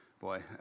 Boy